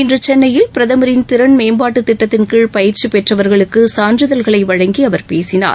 இன்று சென்னையில் பிரதமரின் திறன் மேம்பாட்டுத்திட்டத்தின்கீழ் பயிற்சி பெற்றவர்களுக்கு சான்றிதழ்களை வழங்கி அவர் பேசினார்